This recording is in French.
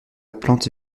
plante